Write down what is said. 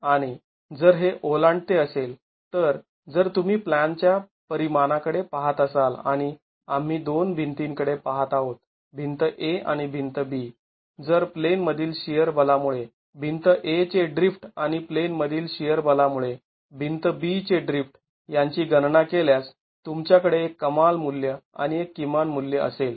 आणि जर हे ओलांडते असेल तर जर तुम्ही प्लॅन च्या परिमाणाकडे पाहत असाल आणि आम्ही दोन भिंतीकडे पाहत आहोत भिंत A आणि भिंत B जर प्लेनमधील शिअर बलामुळे भिंत A चे ड्रिफ्ट आणि प्लेनमधील शिअर बलामुळे भिंत B चे ड्रिफ्ट यांची गणना केल्यास तुमच्याकडे एक कमाल मूल्य आणि एक किमान मूल्य असेल